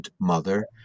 Mother